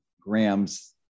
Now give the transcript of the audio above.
grams